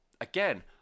again